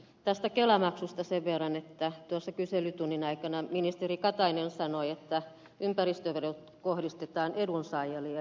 tästä kelamaksusta sen verran että tuossa kyselytunnin aikana ministeri katainen sanoi että ympäristöverot kohdistetaan edunsaajille eli työnantajille